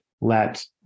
let